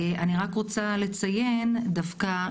אני רק רוצה לציין דווקא,